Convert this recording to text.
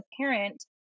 parent